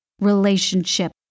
relationship